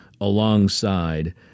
alongside